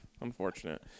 Unfortunate